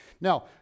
Now